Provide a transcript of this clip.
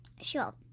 Sure